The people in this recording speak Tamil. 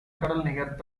நிகர்த்த